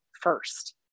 first